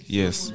yes